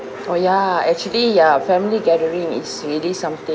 oh ya actually ya family gathering is really something